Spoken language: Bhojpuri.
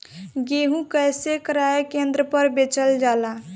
गेहू कैसे क्रय केन्द्र पर बेचल जाला?